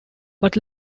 but